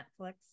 netflix